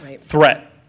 threat